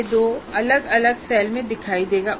यह दो अलग अलग सेल में दिखाई देगा